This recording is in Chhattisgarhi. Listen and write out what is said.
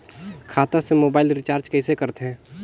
खाता से मोबाइल रिचार्ज कइसे करथे